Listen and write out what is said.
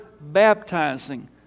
baptizing